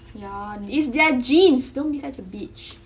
ya it's their genes don't be such a bitch